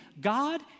God